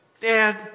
Dad